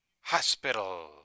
Hospital